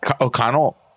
O'Connell